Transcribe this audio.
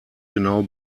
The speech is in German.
genau